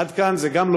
עד כאן זה גם לא